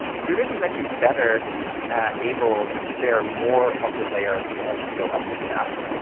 computer vision's actually better at able to share more of the layers as you go up the stack.